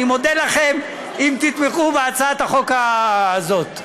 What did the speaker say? אני מודה לכם אם תתמכו בהצעת החוק הזאת.